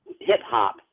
hip-hop